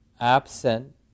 absent